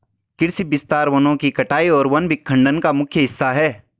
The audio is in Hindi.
कृषि विस्तार वनों की कटाई और वन विखंडन का मुख्य हिस्सा है